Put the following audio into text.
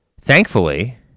Thankfully